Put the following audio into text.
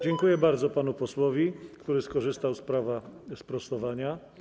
Dziękuję bardzo panu posłowi, który skorzystał z prawa sprostowania.